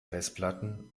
festplatten